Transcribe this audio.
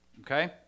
okay